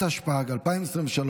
התשפ"ג 2023,